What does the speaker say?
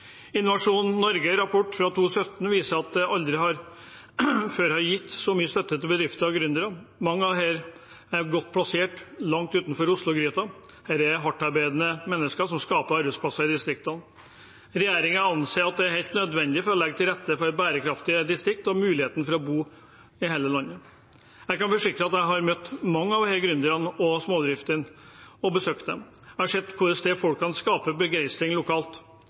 Innovasjon Norges rapport fra 2017 viser at det aldri før er gitt så mye støtte til bedrifter og gründere. Mange av disse er godt plassert langt utenfor Oslo-gryta. Dette er hardtarbeidende mennesker som skaper arbeidsplasser i distriktene. Regjeringen anser at det er helt nødvendig for å legge til rette for bærekraftige distrikter og muligheten for å bo i hele landet. Jeg kan forsikre om at jeg har møtt mange av disse gründerne og småbedriftene og besøkt dem. Jeg har sett hvordan disse menneskene skaper begeistring lokalt.